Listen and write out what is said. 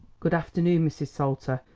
good afternoon, mrs. salter,